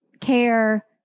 care